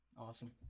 Awesome